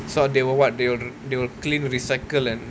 so they will what they will they will clean recycle and